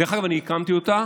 דרך אגב, אני הקמתי אותה,